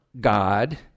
God